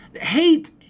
hate